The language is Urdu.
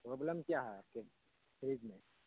پرابلم کیا ہے آپ کے فریج میں